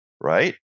right